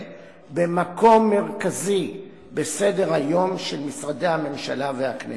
במקום מרכזי בסדר-היום של משרדי הממשלה והכנסת.